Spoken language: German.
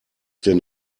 den